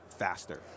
Faster